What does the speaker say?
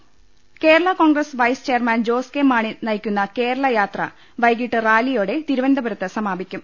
ലലലലല Kerala Congress vice chairman Jose K Mani നയിക്കുന്ന കേരളയാത്ര വൈകീട്ട് റാലിയോടെ തിരു വനന്തപു രത്ത് സമാ പിക്കും